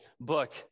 book